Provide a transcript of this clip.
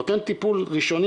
נותן טיפול ראשוני,